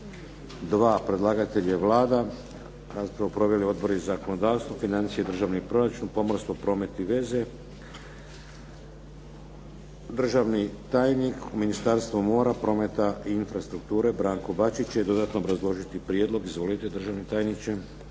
246 Predlagatelj je Vlada. Raspravu su proveli Odbori za zakonodavstvo, financije i državni proračun, pomorstvo promet i veze. Državni tajnik u Ministarstvu mora, prometa i infrastrukture Branko Bačić će dodatno obrazložiti prijedlog. Izvolite državni tajniče.